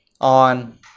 on